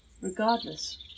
regardless